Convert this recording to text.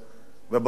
וברור למה.